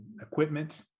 equipment